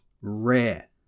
rare